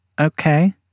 Okay